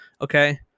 Okay